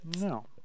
No